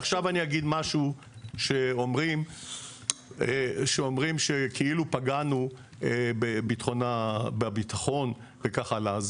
אגיד משהו שאומרים שכאילו פגענו בביטחון וכך הלאה.